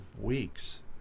weeks